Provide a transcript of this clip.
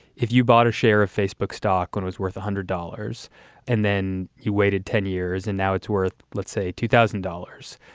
if you bought a share of facebook stock and was worth one dollars and then you waited ten years and now it's worth, let's say, two thousand dollars.